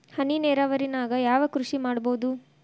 ಹನಿ ನೇರಾವರಿ ನಾಗ್ ಯಾವ್ ಕೃಷಿ ಮಾಡ್ಬೋದು?